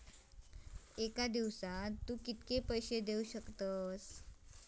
एका दिवसात तू किती पैसे देऊ शकतस?